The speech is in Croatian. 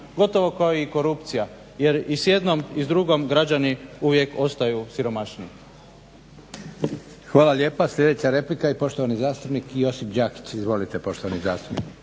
gotovo kao i korupcija, jer i s jednom i s drugom građani uvijek ostaju siromašniji.